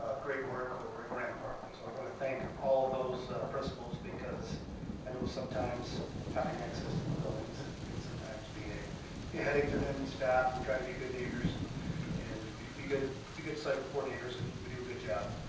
ah great work over at rampart. and so i want to thank all of those principals because i know sometimes having access to the buildings can sometimes be a headache to them and staff. we try to be good neighbors and and be good be good site coordinators, and we do a good job.